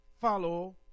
follow